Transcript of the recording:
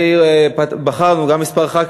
בחרנו, כמה חברי